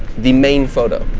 the main photo?